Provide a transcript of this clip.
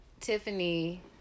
Tiffany